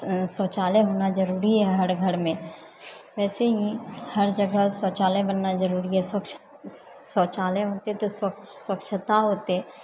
शौचालय होना जरूरी है हरघरमे वैसे ही हर जगह शौचालय बनना जरूरी है स्वच्छ शौचालय होतै तऽ स्वच्छता होतै